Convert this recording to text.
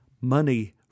money